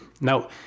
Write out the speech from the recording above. Now